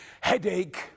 Headache